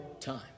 time